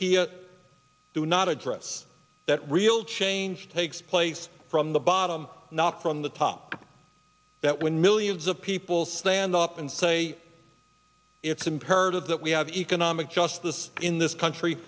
here do not address that real change takes place from the bottom not from the top that when millions of people stand up and say it's imperative that we have economic justice in this country